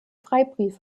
freibrief